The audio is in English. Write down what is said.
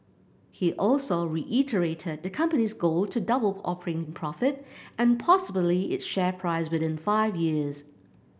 he also reiterated the company's goal to double operating profit and possibly its share price within five years